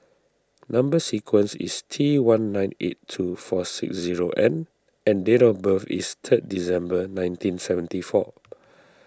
Number Sequence is T one nine eight two four six zero N and date of birth is third December nineteen seventy four